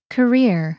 Career